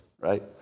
right